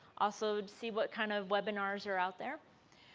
also see what kind of webinars are out there.